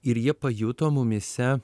ir jie pajuto mumyse